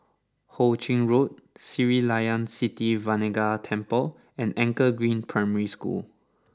Ho Ching Road Sri Layan Sithi Vinayagar Temple and Anchor Green Primary School